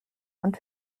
und